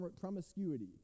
promiscuity